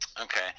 Okay